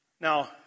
Now